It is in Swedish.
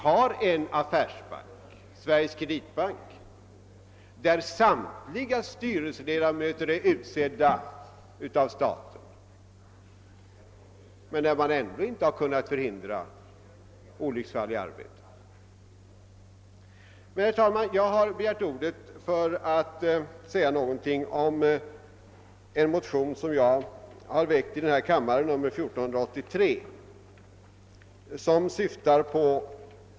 I en affärsbank, Sveriges kreditbank, är samtliga styrelseledamöter utsedda av staten, men där har man ändå inte kunna förhindra olycksfall i arbetet. Men, herr talman, jag har begärt ordet för att säga någonting om motionen II: 1483 som jag har väckt.